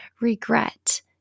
regret